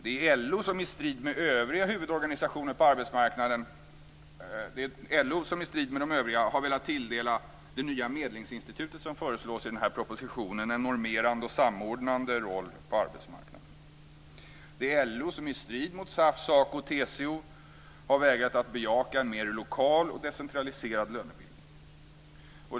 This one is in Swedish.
Det är LO som i strid med övriga huvudorganisationer på arbetsmarknaden har velat tilldela det nya medlingsinstitut som föreslås i den här propositionen en normerande och samordnande roll på arbetsmarknaden. Det är LO som i strid med SAF, SACO och TCO har vägrat att bejaka en mer lokal och decentraliserad lönebildning.